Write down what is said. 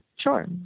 Sure